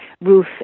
Ruth